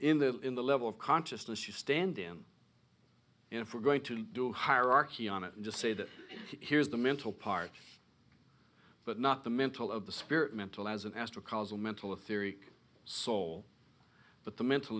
in the in the level of consciousness you stand in if we're going to do a hierarchy on it and just say that here's the mental part but not the mental of the spirit mental as an astral causal mental or theory soul but the mental